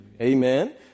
Amen